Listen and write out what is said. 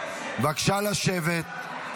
בבקשה לשבת.